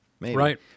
Right